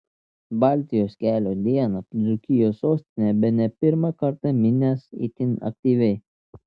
baltijos kelio dieną dzūkijos sostinė bene pirmą kartą minęs itin aktyviai